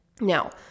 Now